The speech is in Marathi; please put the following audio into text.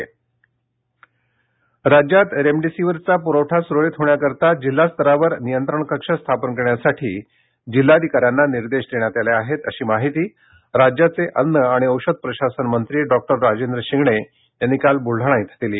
शिंगणे राज्यात रेमडीसीवीरचा प्रवठा स्रळीत होण्याकरता जिल्हास्तरावर नियंत्रण कक्ष स्थापन करण्यासाठी जिल्हाधिकाऱ्यांना निर्देश देण्यात आले आहेत अशी माहिती राज्याचे अन्न आणि औषध प्रशासन मंत्री डॉक्टर राजेंद्र शिंगणे यांनी काल ब्लढाणा इथं दिली